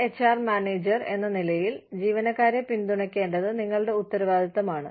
ഒരു HR manager എന്ന നിലയിൽ ജീവനക്കാരെ പിന്തുണയ്ക്കേണ്ടത് നിങ്ങളുടെ ഉത്തരവാദിത്തമാണ്